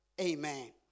Amen